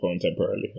temporarily